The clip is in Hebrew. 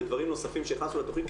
ודברים נוספים שהכנסנו לתכנית,